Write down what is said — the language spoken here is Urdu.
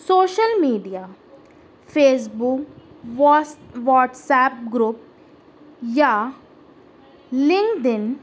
social media Facebook WhatsApp group یا لنگدن